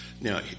Now